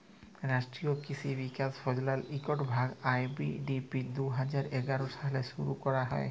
রাষ্ট্রীয় কিসি বিকাশ যজলার ইকট ভাগ, আর.এ.ডি.পি দু হাজার এগার সালে শুরু ক্যরা হ্যয়